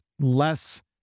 less